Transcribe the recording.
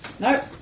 Nope